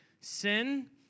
sin